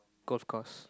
golf course